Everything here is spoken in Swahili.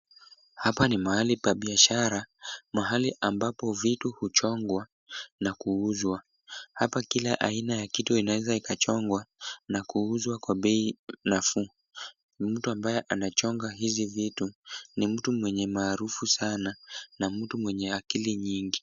Hapa ni mahali pa biashara, mahali ambapo vitu huchongwa na kuuzwa. Hapa kila aina ya kitu inaweza ikachongwa na kuuzwa kwa bei nafuu. Mtu ambaye anachonga hizi vitu, ni mtu mwenye maarufu sana na mtu mwenye akili nyingi.